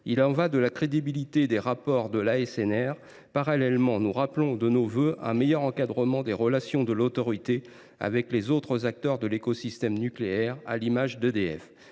Il y va de la crédibilité des rapports de l’ASNR. Parallèlement, nous appelons de nos vœux un meilleur encadrement des relations de l’autorité avec les autres acteurs de l’écosystème nucléaire, à l’image d’EDF.